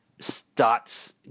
starts